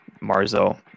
Marzo